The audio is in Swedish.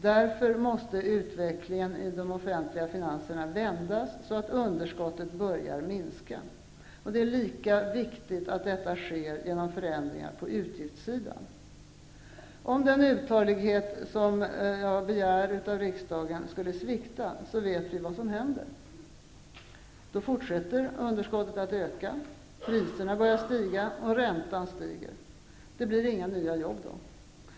Därför måste utvecklingen i de offentliga finanserna vändas så att underskottet börjar minska. Det är lika viktigt att detta sker genom förändringar på utgiftssidan. Vi vet vad som händer om den uthållighet som jag begär av riksdagen skulle svikta. Då fortsätter underskottet att öka, priserna börjar stiga och räntan börjar stiga. Då blir det inga nya jobb.